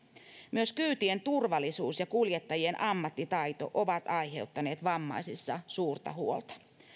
myös kyytien turvallisuus ja kuljettajien ammattitaito ovat aiheuttaneet vammaisissa suurta huolta